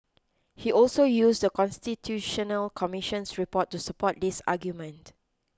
he also used The Constitutional Commission's report to support this argument